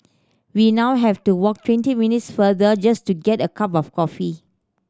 we now have to walk twenty minutes farther just to get a cup of coffee